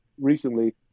recently